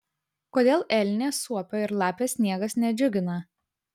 kodėl elnės suopio ir lapės sniegas nedžiugina